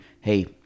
hey